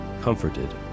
comforted